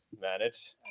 manage